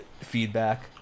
feedback